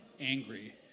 angry